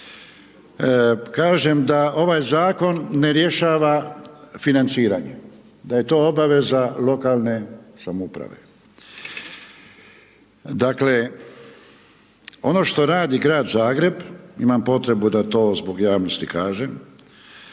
kažem da ovaj zakon ne rješava financiranje, da je to obaveza lokalne samouprave. Dakle, ono što radi Grad Zagreb, imam potrebu da to zbog javnosti kažem,